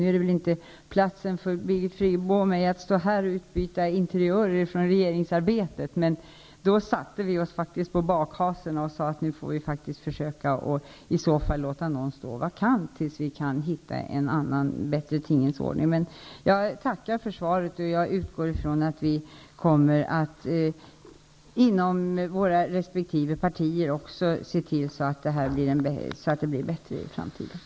Detta är väl inte platsen för Birgit Friggebo och mig att utbyta interiörer från regeringsarbetet, men jag vill påpeka att vi då faktiskt satte oss på bakhasorna och sade att vi i så fall fick låta någon plats stå vakant tills vi kunde hitta en annan och bättre tingens ordning. Jag tackar för svaret, och jag utgår från att vi inom våra resp. partier kommer att se till så att det i framtiden blir bättre på detta område.